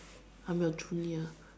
I'm your junior